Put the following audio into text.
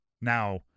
Now